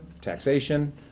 taxation